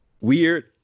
weird